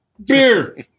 Beer